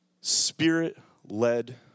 spirit-led